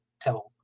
tell